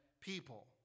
people